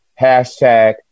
hashtag